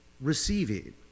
receiving